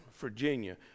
Virginia